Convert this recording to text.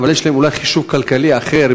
אולי יש להם חישוב כלכלי אחר,